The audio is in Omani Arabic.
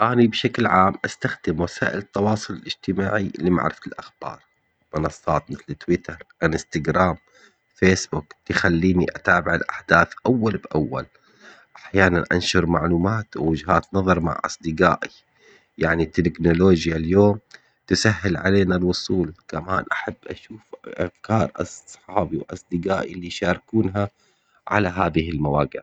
أني بشكل عام أستخدم وسائل التواصل الاجتماعي لمعرفة الأخبار، منصات مثل تويتر أنستجرام فيسبوك، تخليني أتابع الأحداث أول بأول أحياناً أنشر معلومات ووجهات نظر مع أصدقائي يعني التكنولوجيا اليوم تسهل علينا الوصول، كمان أحب أشوف أفكار أصحابي وأصدقائي اللي يشاركونها على هذه المواقع.